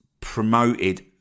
promoted